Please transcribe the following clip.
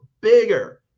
bigger